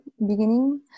beginning